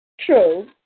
True